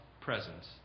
presence